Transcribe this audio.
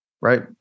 right